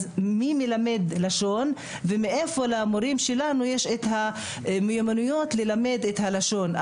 אז מי מלמד לשון ומאיפה למורים שלנו יש את המיומנויות ללמד לשון?